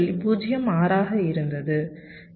06 வாக இருந்தது இங்கே அது 0